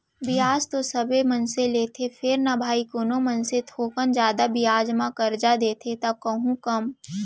बियाज तो सबे मनसे लेथें फेर न भाई कोनो मनसे थोकन जादा बियाज म करजा देथे त कोहूँ कम